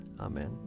Amen